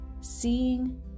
seeing